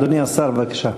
אדוני השר, בבקשה.